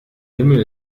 himmel